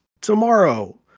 tomorrow